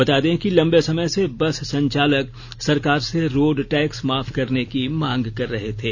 बता दें कि लंबे समय से बस संचालक सरकार से रोड टैक्स माफ करने की मांग कर रहे थे